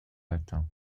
latin